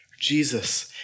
Jesus